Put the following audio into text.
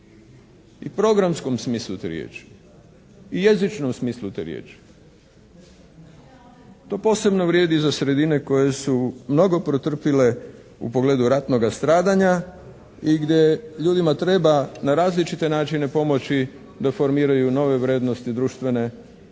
i programskom smislu te riječi i jezičnom smislu te riječi. To posebno vrijedi za sredine koje su mnogo pretrpile u pogledu ratnoga stradanja i gdje ljudima treba na različite načine pomoći da formiraju nove vrijednosti društvene i svojih